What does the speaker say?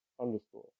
underscore